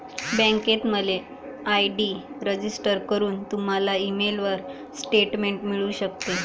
बँकेत mail ID register करून, तुम्हाला मेलवर स्टेटमेंट मिळू शकते